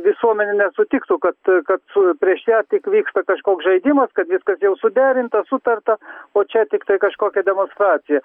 visuomenė nesutiktų kad kad prieš ją tik vyksta kažkoks žaidimas kad viskas jau suderinta sutarta o čia tiktai kažkokia demonstracija